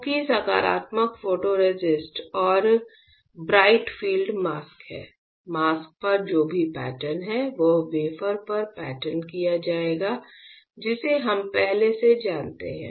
चूँकि सकारात्मक फोटोरेसिस्ट और ब्राइट फील्ड मास्क हैं मास्क पर जो भी पैटर्न है वह वेफर पर पैटर्न किया जाएगा जिसे हम पहले से जानते हैं